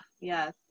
yes